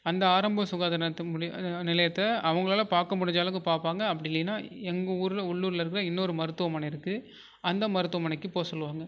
அந்த ஆரம்ப சுகாதார நிலையத்தை நிலையத்தை அவங்களால பார்க்க முடிஞ்ச அளவுக்கு பார்ப்பாங்க அப்படி இல்லைனா எங்கள் ஊரில் உள்ளூரில் இருக்கிற இன்னொரு மருத்துவமனை இருக்குது அந்த மருத்துவமனைக்கு போக சொல்லுவாங்க